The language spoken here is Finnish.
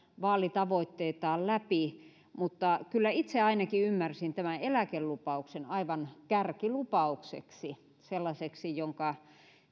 vaalitavoitteitaan läpi mutta kyllä itse ainakin ymmärsin tämän eläkelupauksen aivan kärkilupaukseksi sellaiseksi jonka